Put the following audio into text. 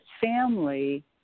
family